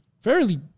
fairly